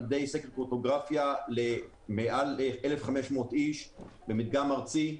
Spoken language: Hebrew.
על-ידי סקר פוטוגרפיה למעל 1,500 איש במדגם ארצי.